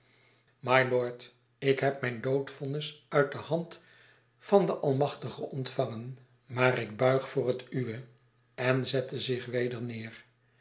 mylord ik heb mijn dood vonnis uit de hand van den almachtige ontvangen maar ik buig voor het uwe en zette zich weder neer